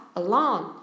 alone